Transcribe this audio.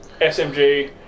SMG